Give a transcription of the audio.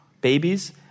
babies